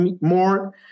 more